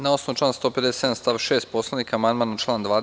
Na osnovu člana 157. stav 6. Poslovnika amandman na član 20.